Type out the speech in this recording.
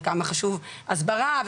וכמה חשובה הסברה,